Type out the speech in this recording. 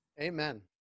Amen